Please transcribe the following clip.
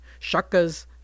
Shakas